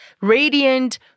radiant